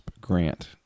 grant